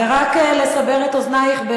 ורק לסבר את אוזנייך,